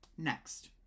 next